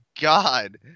God